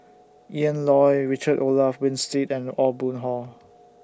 Ian Loy Richard Olaf Winstedt and Aw Boon Haw